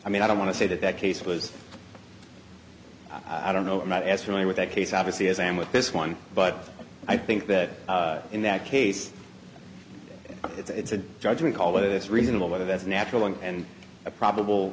i mean i don't want to say that that case was i don't know i'm not as familiar with that case obviously as i am with this one but i think that in that case it's a judgment call that it's reasonable whether that's natural and a probable